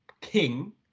king